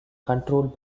controlled